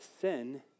sin